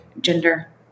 gender